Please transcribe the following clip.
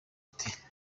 ati